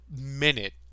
minute